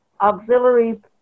auxiliary